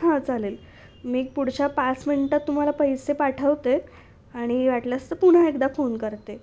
हां चालेल मी पुढच्या पाच मिनटात तुम्हाला पैसे पाठवते आणि वाटल्यास तर पुन्हा एकदा फोन करते